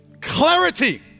clarity